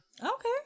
Okay